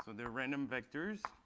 they are random vectors.